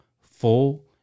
full